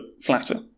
flatter